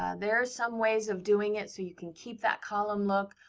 ah there are some ways of doing it, so you can keep that column look.